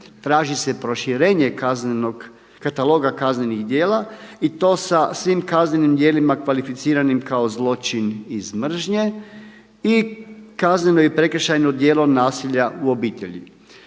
traži se proširenje Kaznenog kataloga kaznenih djela i to sa svim kaznenim djelima kvalificiranim kao zločin iz mržnje i kazneno i prekršajno djelo nasilja u obitelji.